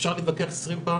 אפשר להתווכח עשרים פעם,